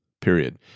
period